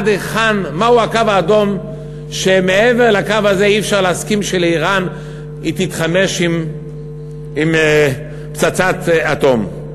מהו הקו האדום שמעבר לקו הזה אי-אפשר להסכים שאיראן תתחמש בפצצת אטום.